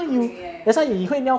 okay ya ya ya ya